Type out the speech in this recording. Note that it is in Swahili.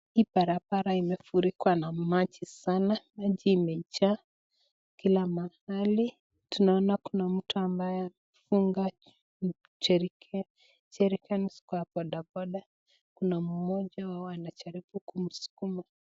Hii barabara imefurikwa na maji sana , maji imejaa kila mahali. Tunaona kuna mtu ambaye amefunga jerricans kwa bodaboda , kuna mmoja wao anajaribu kumsukuma.